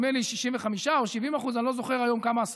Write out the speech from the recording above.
נדמה לי 65% או 70% אני לא זוכר כמה זה היום,